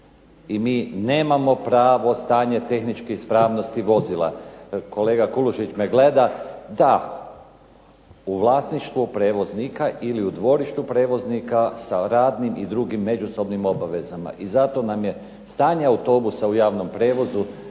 i mi nemamo pravo stanje tehničke ispravnosti vozila. Kolega Kulušić me gleda. Da, u vlasništvu prijevoznika ili u dvorištu prijevoznika sa radnim i drugim međusobnim obavezama, i zato nam je stanje autobusa u javnom prijevozu